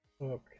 Okay